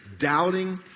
Doubting